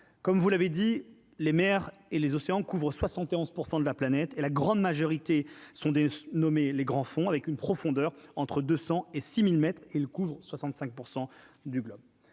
comme vous l'avez dit les mers et les océans couvrent 71 % de la planète et la grande majorité sont des nommés les grands fonds avec une profondeur entre 200 et 6000 mètres et couvre 65 % du globe,